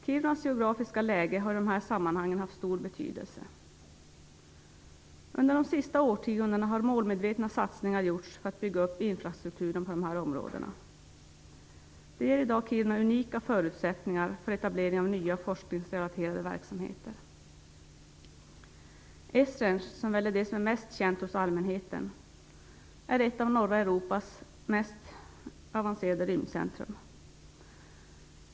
Kirunas geografiska läge har i de här sammanhangen haft stor betydelse. Under de senaste årtiondena har målmedvetna satsningar gjorts för att bygga upp infrastrukturen inom dessa områden. Det ger i dag Kiruna unika förutsättningar för etablering av nya forskningsrelaterade verksamheter. Esrange, som väl är det som är mest känt hos allmänheten, är ett av norra Europas mest avancerade rymdcentrum.